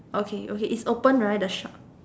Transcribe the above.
okay okay is open right the shop